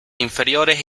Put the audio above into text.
inferiores